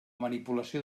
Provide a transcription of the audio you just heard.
manipulació